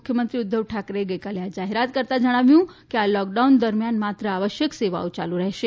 મુખ્યમંત્રી ઉધ્ધવ ઠાકરેએ ગઈકાલે આ જાહેરાત કરતા જણાવ્યું કે આ લોકડાઉન દરમ્યાન માત્ર આવશ્યક સેવાઓ યાલુ રહેશે